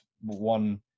one